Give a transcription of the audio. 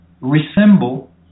resemble